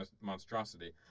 monstrosity